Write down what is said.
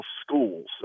schools